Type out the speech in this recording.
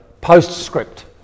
postscript